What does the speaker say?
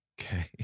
Okay